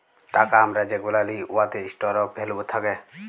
টাকা আমরা যেগুলা লিই উয়াতে ইস্টর অফ ভ্যালু থ্যাকে